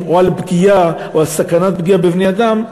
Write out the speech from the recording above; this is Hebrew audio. או על פגיעה או על סכנת פגיעה בבני-אדם,